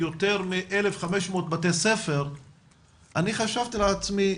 יותר מ-1,500 בתי ספר ואני חשבתי לעצמי,